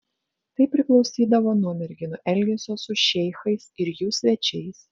tai priklausydavo nuo merginų elgesio su šeichais ir jų svečiais